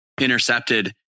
intercepted